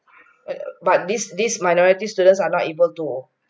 but this this minority students are not able to